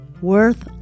Worth